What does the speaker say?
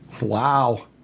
Wow